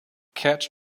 cats